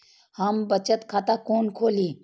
हम बचत खाता कोन खोली?